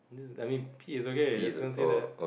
I mean P is okay just gonna say that